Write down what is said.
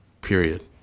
period